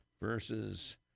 versus